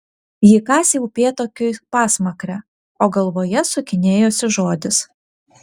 ji kasė upėtakiui pasmakrę o galvoje sukinėjosi žodis